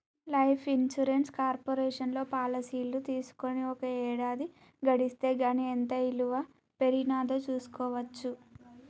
life insurance కార్పొరేషన్లో పాలసీలు తీసుకొని ఒక ఏడాది గడిస్తే గానీ ఎంత ఇలువ పెరిగినాదో చూస్కోవచ్చు